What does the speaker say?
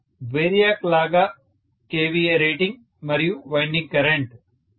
professor variac లాగా kVA rating మరియు winding current సరే